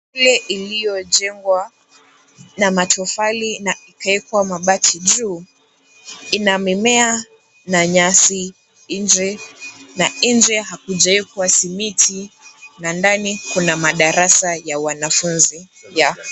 Shule iliyojengwa na matofali na ikawekwa mabati juu ina mimea na nyasi nje na nje hakujawekwa simiti na ndani kuna madarasa ya wanafunzi ya.